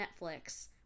Netflix